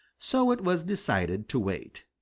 so it was decided to wait.